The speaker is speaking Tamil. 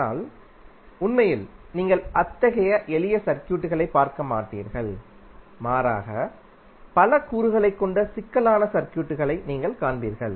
ஆனால் உண்மையில் நீங்கள் அத்தகைய எளிய சர்க்யூட்களைப் பார்க்க மாட்டீர்கள் மாறாக பல கூறுகளைக் கொண்ட சிக்கலான சர்க்யூட்களை நீங்கள் காண்பீர்கள்